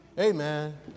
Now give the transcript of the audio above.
Amen